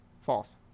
False